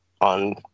on